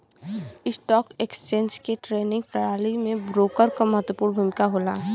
stock exchange के trading प्रणाली में ब्रोकर क महत्वपूर्ण भूमिका होला